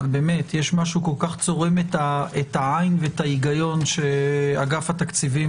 יש משהו כל כך צורם את העין ואת ההיגיון שאגף התקציבים